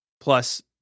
Plus